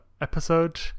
episode